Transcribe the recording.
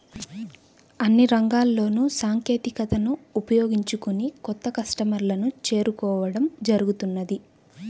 అన్ని రంగాల్లోనూ సాంకేతికతను ఉపయోగించుకొని కొత్త కస్టమర్లను చేరుకోవడం జరుగుతున్నది